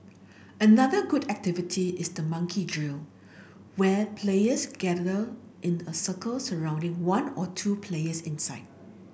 another good activity is the monkey drill where players gather in a circle surrounding one or two players inside